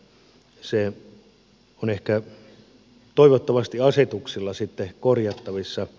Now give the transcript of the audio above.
se on ehkä toivottavasti asetuksilla sitten korjattavissa